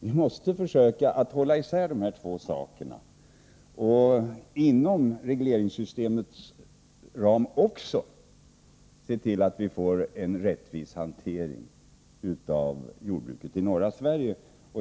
Vi måste försöka att hålla isär de här två sakerna och inom regleringssystemets ram också se till att vi får en rättvis hantering av jordbruket i norra Sverige.